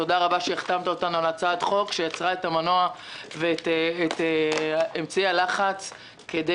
תודה רבה שהחתמת אותנו על הצעת חוק שיצרה את המנוע ואת אמצעי הלחץ כדי